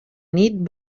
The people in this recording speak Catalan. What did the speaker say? nit